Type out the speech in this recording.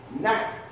Now